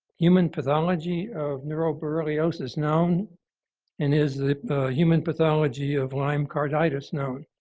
human pathology of neuroborreliosis known and is the human pathology of lyme carditis known?